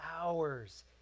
hours